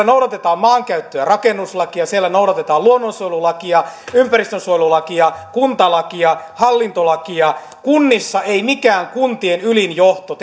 noudatetaan maankäyttö ja rakennuslakia siellä noudatetaan luonnonsuojelulakia ympäristönsuojelulakia kuntalakia hallintolakia kunnissa ei mikään kuntien ylin johto